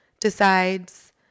decides